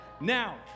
Now